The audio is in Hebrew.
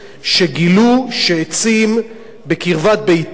שגילו שעצים בקרבת ביתם,